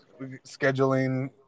scheduling